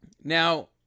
now